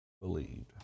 believed